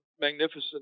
Magnificent